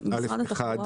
א1.